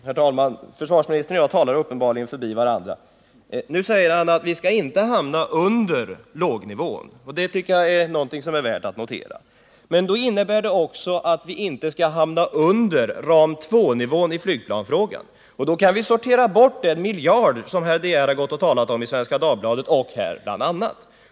Herr talman! Försvarsministern och jag talar uppenbarligen förbi varandra. Nu säger försvarsministern att vi inte skall hamna under lågnivån, och det tycker jag är något som är värt att notera. Men det innebär också att vi inte skall hamna under ram 2-nivån i flygplansfrågan. Vi kan därmed sortera bort den miljard som herr De Geer har talat om, bl.a. i Svenska Dagbladet och här i kammaren.